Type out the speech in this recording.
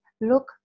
look